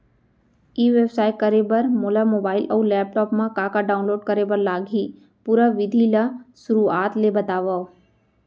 ई व्यवसाय करे बर मोला मोबाइल अऊ लैपटॉप मा का का डाऊनलोड करे बर लागही, पुरा विधि ला शुरुआत ले बतावव?